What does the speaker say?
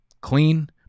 clean